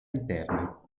interna